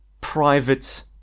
private